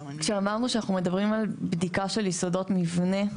כשאמרנו שאנחנו מדברים על בדיקה של יסודות מבנה,